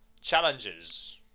Challenges